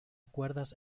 cuerdas